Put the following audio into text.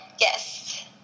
yes